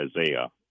Isaiah